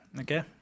Okay